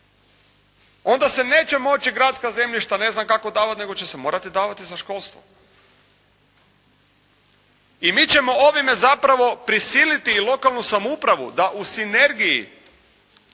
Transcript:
Onda se neće moći gradska zemljišta ne znam kako davati nego će se morati davati za školstvo. I mi ćemo ovime zapravo prisiliti i lokalnu samoupravu da u sinergiji,